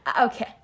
Okay